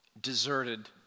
deserted